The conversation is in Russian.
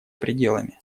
пределами